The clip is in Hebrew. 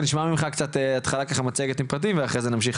אז אנחנו נשמע ממך בתור התחלה ככה מצגת עם פרטים ואחרי זה נמשיך